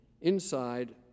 inside